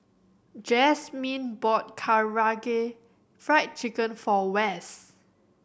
Jazmyne bought Karaage Fried Chicken for Wess